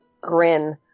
grin